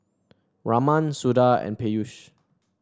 Raman Suda and Peyush